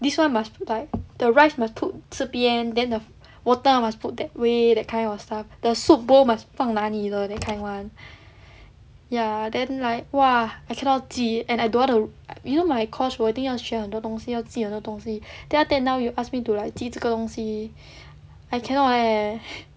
this [one] must like the rice must put 这边 then the water must put that way that kind of stuff the soup bowl must 放哪里的 that kind [one] ya then like !wah! I cannot 记 and I don't want to you know my course 我一定要学很多东西要记很多东西 then after that now you ask me to like 记这个东西 I cannot leh